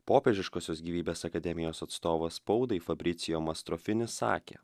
popiežiškosios gyvybės akademijos atstovas spaudai fabricijo mastrofinis sakė